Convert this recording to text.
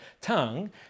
tongue